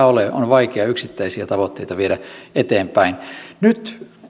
ole on vaikea yksittäisiä tavoitteita viedä eteenpäin nyt